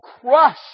crush